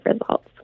results